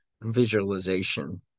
visualization